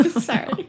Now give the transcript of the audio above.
sorry